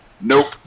Nope